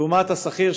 לעומת השכיר,